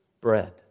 bread